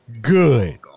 Good